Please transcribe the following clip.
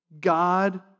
God